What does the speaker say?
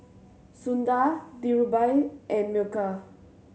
Sundar Dhirubhai and Milkha